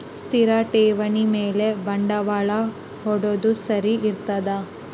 ಸ್ಥಿರ ಠೇವಣಿ ಮ್ಯಾಲೆ ಬಂಡವಾಳಾ ಹೂಡೋದು ಸರಿ ಇರ್ತದಾ?